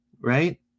Right